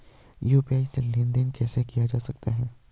UPI से लेनदेन कैसे किया जा सकता है?